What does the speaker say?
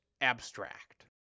abstract